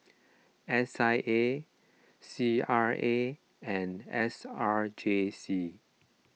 S I A C R A and S R J C